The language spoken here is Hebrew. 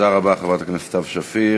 תודה רבה, חברת הכנסת סתיו שפיר.